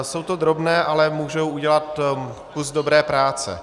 Jsou to drobné, ale můžou udělat kus dobré práce.